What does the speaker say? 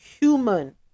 human